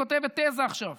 היא כותבת תזה עכשיו.